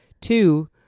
two